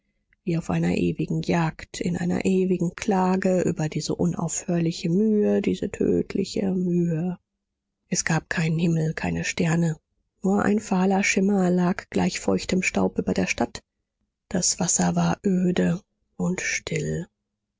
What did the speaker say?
wie auf einer ewigen jagd in einer ewigen klage über diese unaufhörliche mühe diese tödliche mühe es gab keinen himmel keine sterne nur ein fahler schimmer lag gleich feuchtem staub über der stadt das wasser war öde und still